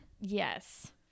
Yes